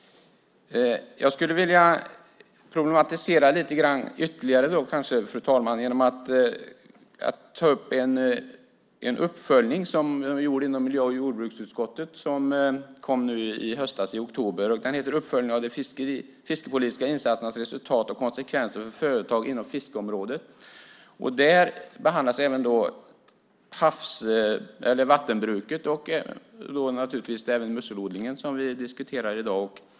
Jag vill problematisera något ytterligare genom att ta upp den uppföljning som man har gjort inom miljö och jordbruksutskottet och som kom i oktober. Den heter Uppföljning av de fiskepolitiska insatsernas resultat och konsekvenser för företag inom fiskeområdet . Där behandlas även vattenbruket och musselodlingen, som vi diskuterar i dag.